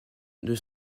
deux